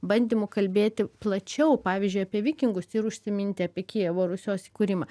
bandymų kalbėti plačiau pavyzdžiui apie vikingus ir užsiminti apie kijevo rusios įkūrimą